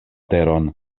teron